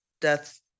death